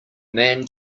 man